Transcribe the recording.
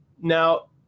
Now